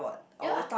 ya lah